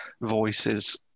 voices